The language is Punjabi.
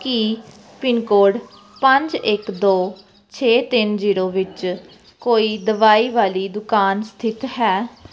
ਕੀ ਪਿੰਨਕੋਡ ਪੰਜ ਇੱਕ ਦੋ ਛੇ ਤਿੰਨ ਜ਼ੀਰੋ ਵਿੱਚ ਕੋਈ ਦਵਾਈ ਵਾਲੀ ਦੁਕਾਨ ਸਥਿਤ ਹੈ